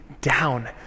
down